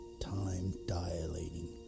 time-dilating